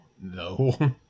no